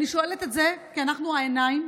אני שואלת את זה כי אנחנו העיניים